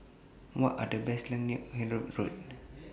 What Are The landmarks near Hyderabad Road